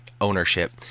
ownership